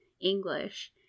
English